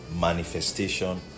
manifestation